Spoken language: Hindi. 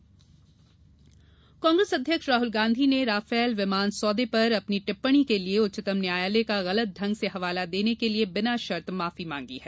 राफेल कांग्रेस अध्यक्ष राहल गांधी ने राफेल विमान सौदे पर अपनी टिप्पणी के लिए उच्चतम न्यायालय का गलत ढंग से हवाला देने के लिए बिना शर्त माफी मांगी है